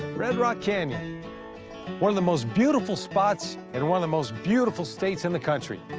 red rock canyon one of the most beautiful spots in one of the most beautiful states in the country.